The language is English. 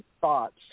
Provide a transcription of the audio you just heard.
thoughts